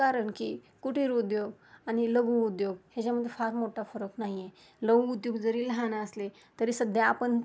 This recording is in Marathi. कारण की कुटीर उद्योग आणि लघुउद्योग ह्याच्यामध्ये फार मोठा फरक नाही आहे लघुउद्योग जरी लहान असले तरी सध्या आपण